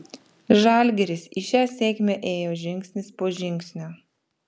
žalgiris į šią sėkmę ėjo žingsnis po žingsnio